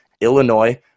Illinois